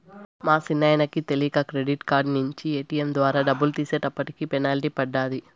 మా సిన్నాయనకి తెలీక క్రెడిట్ కార్డు నించి ఏటియం ద్వారా డబ్బులు తీసేటప్పటికి పెనల్టీ పడ్డాది